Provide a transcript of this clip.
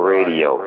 Radio